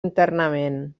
internament